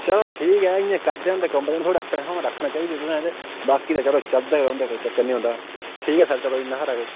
चलो ठीक ऐ इ'यां करदे रौंह्दे कम्प्लेन थोह्ड़ा आपने स्हाब ने रक्खने चाहिदे तुसें बाकी ते चलो चलदा गै रौंह्दा कोई चक्कर नि होंदा ठीक ऐ सर चलो इ'न्ना हारा गै